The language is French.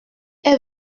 est